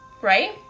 Right